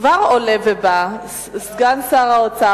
כבר עולה ובא סגן שר האוצר,